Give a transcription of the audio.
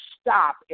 stop